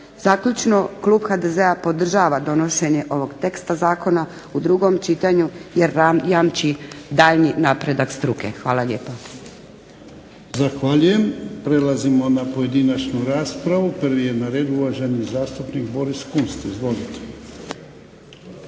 Zaključno, Klub HDZ-a podržava donošenje ovog teksta zakona u drugom čitanju jer jamči daljnji napredak struke. Hvala lijepa. **Jarnjak, Ivan (HDZ)** Zahvaljujem. Prelazimo na pojedinačnu raspravu. Prvi je na redu uvaženi zastupnik Boris Kunst. Izvolite.